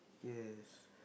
yes